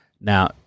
now